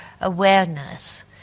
awareness